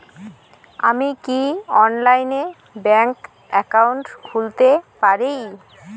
আমি কি অনলাইনে ব্যাংক একাউন্ট খুলতে পারি?